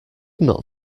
not